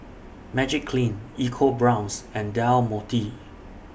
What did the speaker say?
Magiclean EcoBrown's and Del Monte